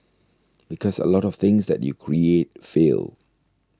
because a lot of things that you create fail